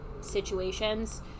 situations